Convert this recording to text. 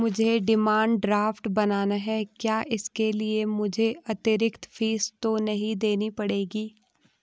मुझे demand draft बनाना है क्या इसके लिए मुझे अतिरिक्त फीस तो नहीं देनी पड़ेगी?